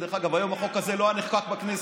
דרך אגב, היום החוק הזה לא היה נחקק בכנסת.